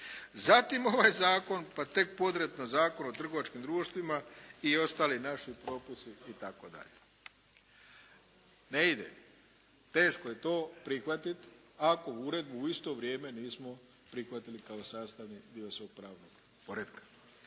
zatim ovaj zakon pa tek Zakon o trgovačkim društvima i ostali naši propisi itd. Ne ide, teško je to prihvatiti ako uredbu u isto vrijeme nismo prihvatili kao sastavni dio svog pravnog poretka.